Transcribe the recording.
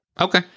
Okay